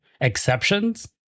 exceptions